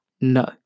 No